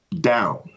down